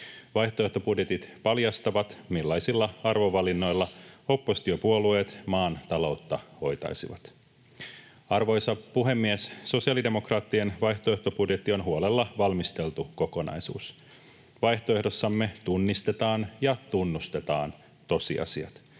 Vaihtoehtobudjetit paljastavat, millaisilla arvovalinnoilla oppositiopuolueet maan taloutta hoitaisivat. Arvoisa puhemies! Sosiaalidemokraattien vaihtoehtobudjetti on huolella valmisteltu kokonaisuus. Vaihtoehdossamme tunnistetaan ja tunnustetaan tosiasiat: